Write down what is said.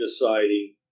deciding